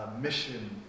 mission